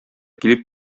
килеп